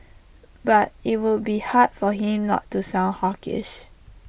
but IT will be hard for him not to sound hawkish